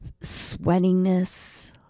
sweatingness